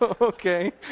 okay